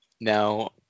now